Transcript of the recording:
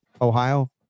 Ohio